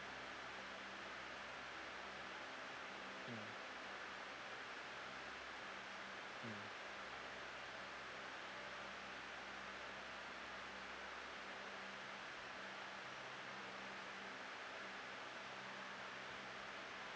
mm mm